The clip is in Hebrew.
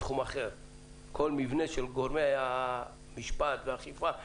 בתחום אחר של כל גורמי המשפט והאכיפה,